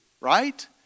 right